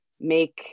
make